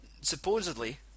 supposedly